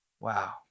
Wow